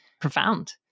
profound